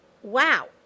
Wow